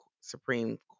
supreme